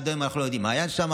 עד היום אנחנו לא יודעים מה היה שם,